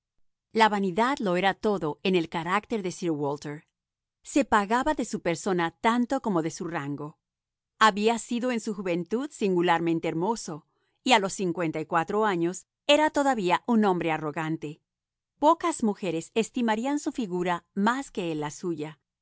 la vanidad lo era todo en el carácter de sir walter se pagaba de su persona tanto como de su rango había sido en su juventud singularmiente hermoso y a los cincuenta y cuatro años era todavía un hombre arrogante pocas mujeres estimarían su figura más que él la suya